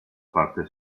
parte